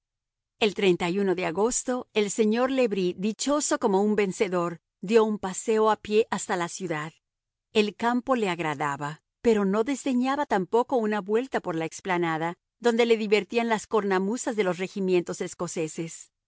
al revés el de agosto el señor le bris dichoso como un vencedor dio un paseo a pie hasta la ciudad el campo le agradaba pero no desdeñaba tampoco una vuelta por la explanada donde le divertían las cornamusas de los regimientos escoceses